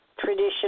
tradition